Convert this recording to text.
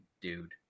dude